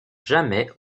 jamais